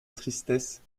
tristesse